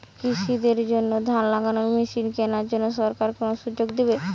কৃষি দের জন্য ধান লাগানোর মেশিন কেনার জন্য সরকার কোন সুযোগ দেবে?